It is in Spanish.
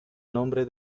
nombre